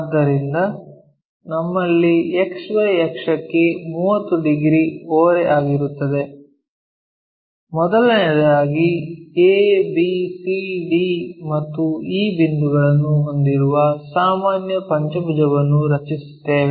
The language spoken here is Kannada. ಆದ್ದರಿಂದ ನಮ್ಮಲ್ಲಿರುವ XY ಅಕ್ಷಕ್ಕೆ 30 ಡಿಗ್ರಿ ಓರೆ ಆಗಿರುತ್ತದೆ ಮೊದಲನೆಯದಾಗಿ a b c d ಮತ್ತು e ಬಿಂದುಗಳನ್ನು ಹೊಂದಿರುವ ಸಾಮಾನ್ಯ ಪಂಚಭುಜವನ್ನು ರಚಿಸುತ್ತೇವೆ